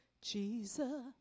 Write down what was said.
Jesus